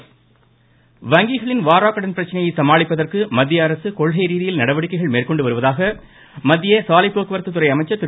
நிதின்டகட்காரி வங்கிகளின் வாராக்கடன் பிரச்சனையை சமாளிப்பதற்கு மத்தியஅரசு கொள்கை ரீதியில் நடவடிக்கைகள் மேற்கொண்டு வருவதாக மத்திய சாலை போக்குவரத்துத்துறை அமைச்சர் திரு